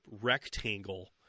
rectangle